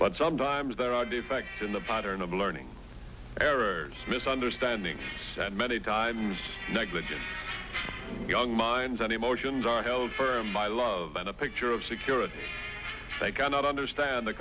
but sometimes there are defect in the pattern of learning errors misunderstanding and many times negligence young minds and emotions are held firm my love and a picture of security they cannot understand the